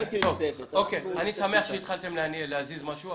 אני שמח שהתחלתם להזיז משהו,